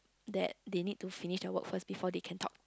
that they need to finish their work first before they can talk